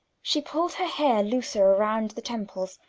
she pulled her hair looser around the temples,